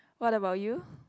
what about you